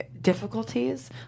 difficulties